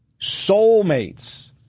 Soulmates